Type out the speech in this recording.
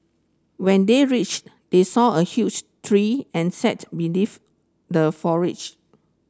when they reached they saw a huge tree and sat beneath the foliage